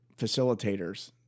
facilitators